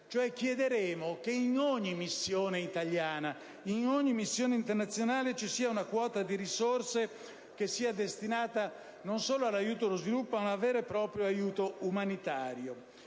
Chiederemo cioè che in ogni missione italiana, in ogni missione internazionale ci sia una quota di risorse che sia destinata non solo all'aiuto allo sviluppo ma ad un vero e proprio aiuto umanitario;